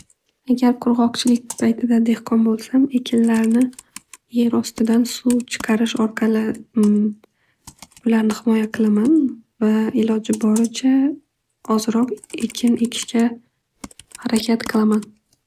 Agar qurg'oqchilik paytida dehqon bo'lsam ekinlarni yer ostidan suv chiqarish orqali ularni himoya qilaman. Va iloji boricha ozroq ekin ekishga harakat qilaman.